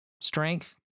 strength